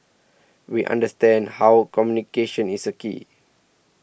we understand how communication is a key